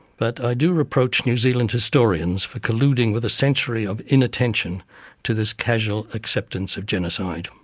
but i do reproach new zealand historians for colluding with a century of inattention to this casual acceptance of genocide.